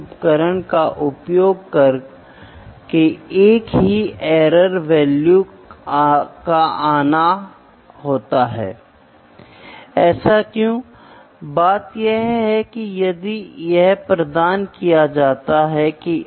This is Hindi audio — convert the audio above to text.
उदाहरण के लिए मैं एक विशेष मशीन में एक विशेष स्थान पर मशीनिंग ऑपरेशन करने की कोशिश करता हूं फिर एक प्रकार के वर्कपीस के टुकड़े का उपयोग करता हूं और फिर एक प्रकार का उपकरण जिसमें ज्योमेट्री होती है मैं प्रयोग करना शुरू करता हूं